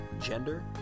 gender